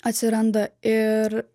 atsiranda ir